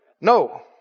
No